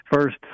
first